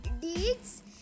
deeds